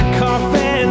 coffin